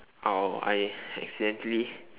oh I accidentally